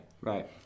Right